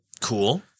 Cool